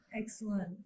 Excellent